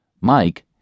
Mike